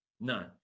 none